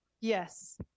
yes